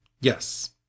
yes